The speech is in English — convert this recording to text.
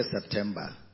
september